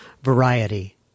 variety